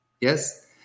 Yes